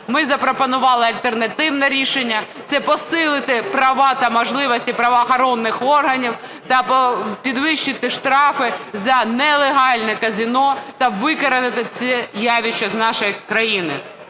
Ми запропонували альтернативне рішення – це посилити права та можливості правоохоронних органів та підвищити штрафи за нелегальне казино та викорінити це явище з нашої країни.